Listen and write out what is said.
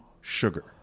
sugar